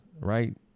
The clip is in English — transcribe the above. right